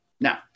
Now